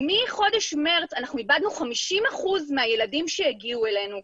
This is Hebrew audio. מחודש מרץ אנחנו איבדנו 50% מהילדים שהגיעו אלינו.